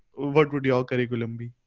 what would your curriculum be?